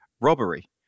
robbery